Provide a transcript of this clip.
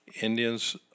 Indians